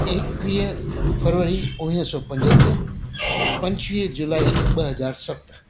एकवीह फरवरी उणिवीह सौ पंजहतरि पंजुवीह जुलाई ॿ हज़ार सत